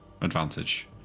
advantage